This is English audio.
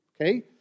Okay